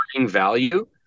value